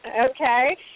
okay